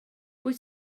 wyt